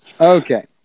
Okay